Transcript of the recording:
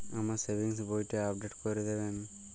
আমার সেভিংস বইটা আপডেট করে দেবেন?